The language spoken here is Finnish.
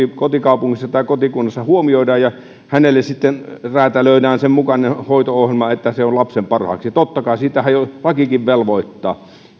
kotikaupungissa tai kotikunnassa huomioidaan ja hänelle sitten räätälöidään sen mukainen hoito ohjelma että se on lapsen parhaaksi totta kai sitähän jo lakikin velvoittaa